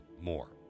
more